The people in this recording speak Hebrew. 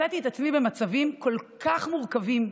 מצאתי את עצמי במצבים כל כך מורכבים,